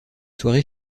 soirée